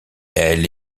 elle